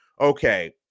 okay